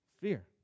fear